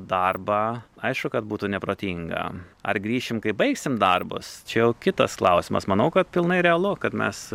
darbą aišku kad būtų neprotinga ar grįšim kai baigsim darbus čia jau kitas klausimas manau kad pilnai realu kad mes